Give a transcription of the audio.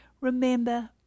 remember